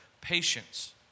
patience